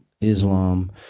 Islam